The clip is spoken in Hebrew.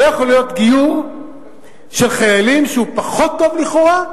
לא יכול להיות גיור של חיילים שהוא פחות טוב לכאורה,